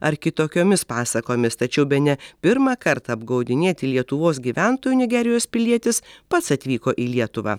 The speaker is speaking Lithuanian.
ar kitokiomis pasakomis tačiau bene pirmą kartą apgaudinėti lietuvos gyventojų nigerijos pilietis pats atvyko į lietuvą